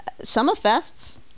Summerfests